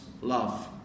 love